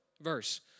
verse